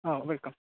हा वेलकम